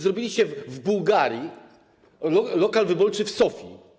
Zrobiliście w Bułgarii lokal wyborczy w Sofii.